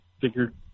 figured